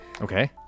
Okay